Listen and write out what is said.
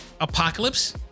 Apocalypse